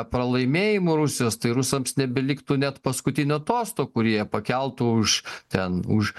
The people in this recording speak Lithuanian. pralaimėjimu rusijos tai rusams nebeliktų net paskutinio tosto kurį jie pakeltų už ten už